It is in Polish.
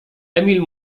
emil